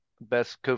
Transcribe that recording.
best